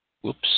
whoops